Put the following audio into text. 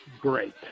great